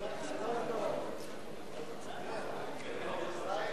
חוק ההגבלים העסקיים (תיקון מס' 12), התשע"א 2011,